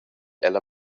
ella